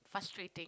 frustrating